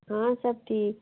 हाँ सब ठीक